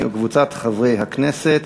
הכנסת משה גפני וקבוצת חברי כנסת,